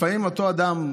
לפעמים אותו אדם,